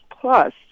Plus